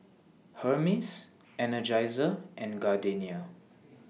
Hermes Energizer and Gardenia